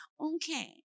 Okay